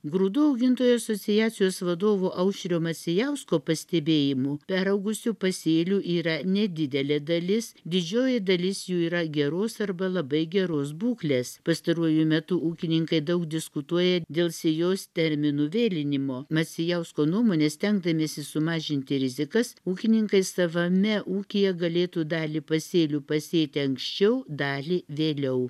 grūdų augintojų asociacijos vadovo aušrio macijausko pastebėjimu peraugusių pasėlių yra nedidelė dalis didžioji dalis jų yra geros arba labai geros būklės pastaruoju metu ūkininkai daug diskutuoja dėl sėjos terminų vėlinimo macijausko nuomone stengdamiesi sumažinti rizikas ūkininkai savame ūkyje galėtų dalį pasėlių pasėti anksčiau dalį vėliau